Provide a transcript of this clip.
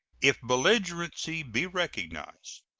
if belligerency be recognized,